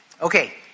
Okay